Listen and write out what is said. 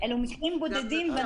אלה מקרים בודדים,